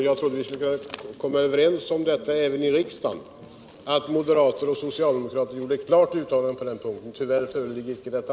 Jag trodde att vi skulle kunna komma överens om det även i riksdagen, så att moderater och socialdemokrater kunde göra ett klart uttalande på den punkten. Tyvärr gick inte deta.